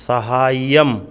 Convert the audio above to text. सहाय्यम्